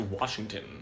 Washington